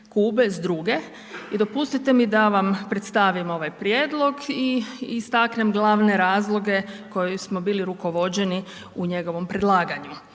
Kube, s druge i dopustite mi da vam predstavim ovaj prijedlog i istaknem glavne razloge koje smo bili rukovođeni u njegovom predlaganju.